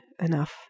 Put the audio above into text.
enough